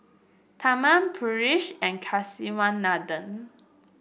Tharman Peyush and Kasiviswanathan